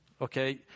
Okay